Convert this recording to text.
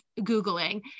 Googling